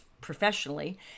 professionally